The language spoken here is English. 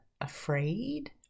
afraid